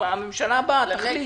הממשלה הבאה תחליט.